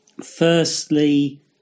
Firstly